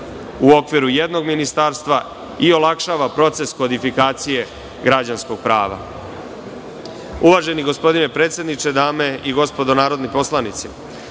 u okviru jednog ministarstva i olakšava proces kodifikacije građanskog prava. Uvaženi gospodine predsedniče, dame i gospodo narodni poslanici,